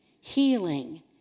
healing